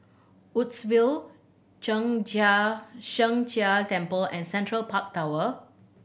Woodsville Zheng Jia Sheng Jia Temple and Central Park Tower